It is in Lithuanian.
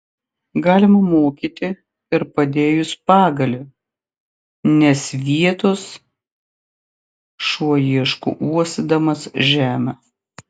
galima mokyti ir padėjus pagalį nes vietos šuo ieško uostydamas žemę